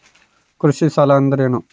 ಕೃಷಿ ಸಾಲ ಅಂದರೇನು?